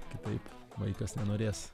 kitaip vaikas nenorės